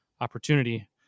opportunity